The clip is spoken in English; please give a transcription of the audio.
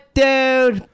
dude